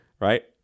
right